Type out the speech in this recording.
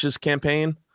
campaign